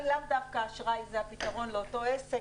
לאו דווקא האשראי זה הפתרון לאותו עסק,